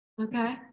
Okay